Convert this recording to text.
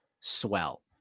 swell